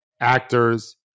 actors